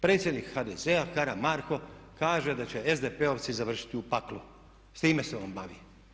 Predsjednik HDZ-a Karamarko kaže da će SDP-ovci završiti u paklu, s time se on bavi.